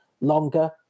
longer